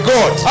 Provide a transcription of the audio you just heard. God